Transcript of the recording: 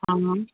ହଁ